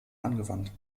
angewandt